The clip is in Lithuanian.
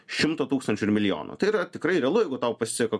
šimto tūkstančių ir milijono tai yra tikrai realu jeigu tau pasiseka